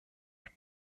même